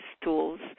tools